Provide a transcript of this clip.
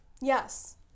yes